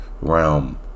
realm